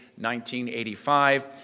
1985